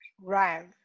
right